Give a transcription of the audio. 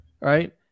Right